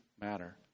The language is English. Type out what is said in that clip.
matter